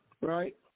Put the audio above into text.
right